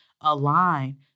align